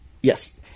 yes